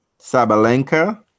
Sabalenka